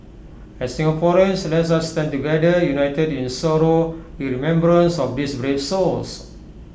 as Singaporeans let us stand together united in sorrow in remembrance of these brave souls